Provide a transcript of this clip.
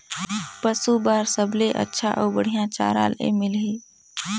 पशु बार सबले अच्छा अउ बढ़िया चारा ले मिलही?